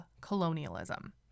colonialism